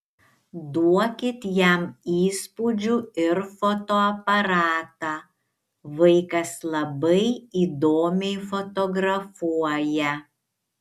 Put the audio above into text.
duokit jam įspūdžių ir fotoaparatą vaikas labai įdomiai fotografuoja